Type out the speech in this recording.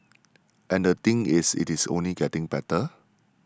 and the thing is it is only getting better